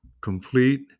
complete